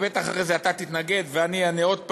ובטח אחרי זה אתה תתנגד ואני אענה עוד פעם,